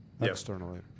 externally